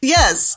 yes